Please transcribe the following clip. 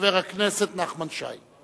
חבר הכנסת נחמן שי.